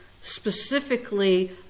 specifically